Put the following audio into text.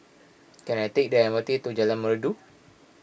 can I take the M R T to Jalan Merdu